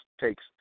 takes